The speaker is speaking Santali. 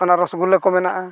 ᱚᱱᱟ ᱨᱳᱥᱜᱩᱞᱞᱟ ᱠᱚ ᱢᱮᱱᱟᱜᱼᱟ